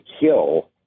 kill